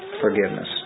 forgiveness